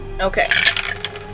okay